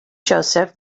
joseph